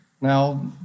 Now